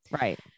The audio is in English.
Right